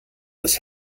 das